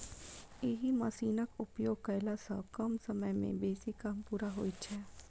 एहि मशीनक उपयोग कयला सॅ कम समय मे बेसी काम पूरा होइत छै